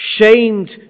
shamed